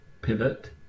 pivot